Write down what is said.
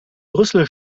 brüssel